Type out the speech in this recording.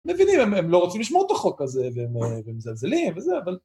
מבינים, הם לא רוצים לשמור את החוק הזה, והם מזלזלים וזה, אבל...